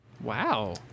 Wow